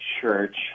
Church